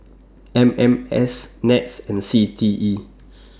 M M S Nets and C T E